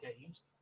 Games